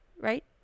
right